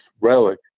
Relic